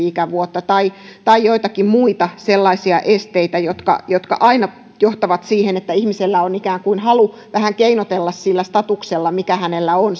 ikävuotta tai tai joitakin muita sellaisia esteitä jotka jotka aina johtavat siihen että ihmisellä on ikään kuin halu vähän keinotella sillä statuksella mikä hänellä on